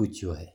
हुवती।